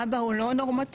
האבא הוא לא נורמטיבי.